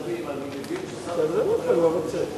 חבר הכנסת שנאן,